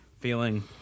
feeling